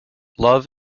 love